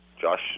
Josh